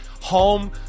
home